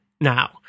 now